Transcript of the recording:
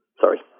Sorry